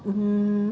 mm